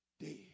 dead